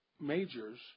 majors